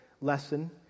lesson